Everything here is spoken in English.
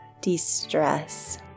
de-stress